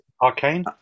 Arcane